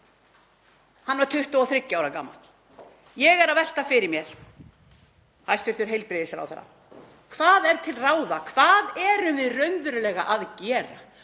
Hann var 23 ára gamall. Ég er að velta fyrir mér, hæstv. heilbrigðisráðherra: Hvað er til ráða? Hvað erum við raunverulega að gera?